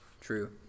True